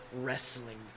wrestling